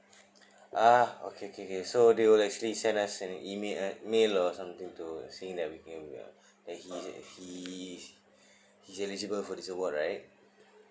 uh okay okay okay so they will actually send us an email uh mail or something to saying that he's he's eligible for this award right